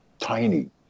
tiny